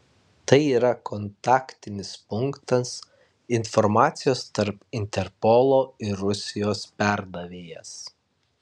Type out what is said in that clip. tai yra kontaktinis punktas informacijos tarp interpolo ir rusijos perdavėjas